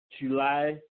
July